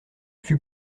fut